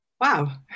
wow